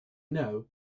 know